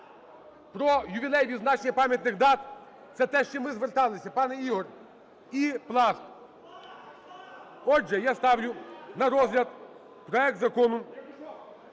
Про ювілейне відзначення пам'ятних дат – це те, що ми зверталися, пане Ігор. І Пласт. Отже, я ставлю на розгляд проект закону…